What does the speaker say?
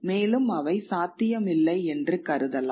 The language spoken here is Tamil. மேலும் அவை சாத்தியமில்லை என்று கருதலாம்